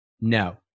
no